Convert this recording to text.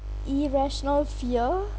irrational fear